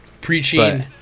Preaching